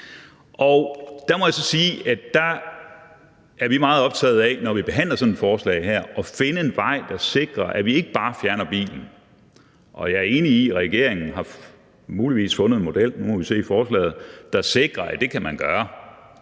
vi er meget optaget af, når vi behandler sådan et forslag som det her, at finde en vej, der sikrer, at vi ikke bare fjerner bilen. Jeg er enig i, at regeringen muligvis har fundet en model – nu må vi se forslaget